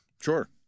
Sure